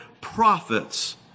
prophets